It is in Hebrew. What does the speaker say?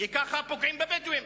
כי ככה פוגעים בבדואים,